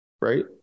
Right